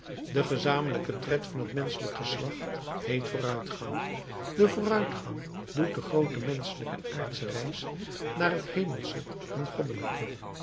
de gezamenlijke tred van het menschelijk geslacht heet vooruitgang de vooruitgang doet de groote menschelijke en aardsche reis naar het hemelsche en goddelijke